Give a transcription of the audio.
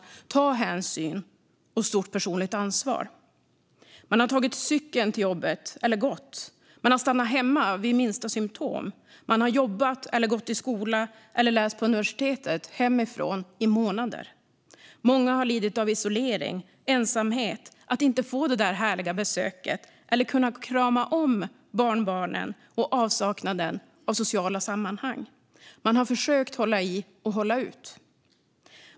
Man har tagit hänsyn och stort personligt ansvar. Man har tagit cykeln till jobbet eller gått. Man har stannat hemma vid minsta symtom. Man har jobbat, gått i skolan eller läst på universitetet hemifrån i månader. Många har lidit av isolering och ensamhet, av att inte få det där härliga besöket eller kunna krama om barnbarnen och av avsaknaden av sociala sammanhang. Man har försökt hålla i och hålla ut.